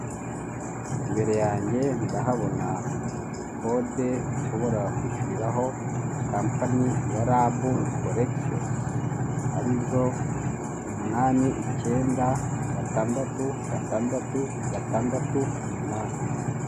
Imbere yanjye ndahabona kode ushobora kwishyuriraho kampani ya RAB-kollexxions. Ari zo umunani, icyenda, gatandatu, gatandatu, gatandatu, umunani.